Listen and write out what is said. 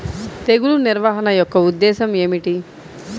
తెగులు నిర్వహణ యొక్క ఉద్దేశం ఏమిటి?